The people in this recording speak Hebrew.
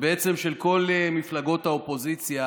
ובעצם של כל מפלגות האופוזיציה,